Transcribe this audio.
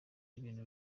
ibintu